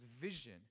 vision